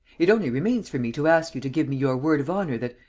it only remains for me to ask you to give me your word of honour that,